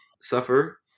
suffer